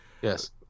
Yes